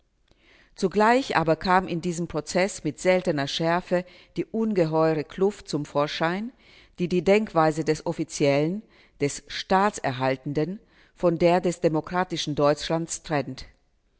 zugleich aber kam in diesem prozeß mit seltener schärfe die ungeheure kluft zum vorschein die die denkweise des offiziellen des staatserhaltenden von der des demokratischen deutschlands trennt